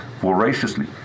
voraciously